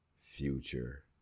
future